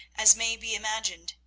as may be imagined,